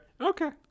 Okay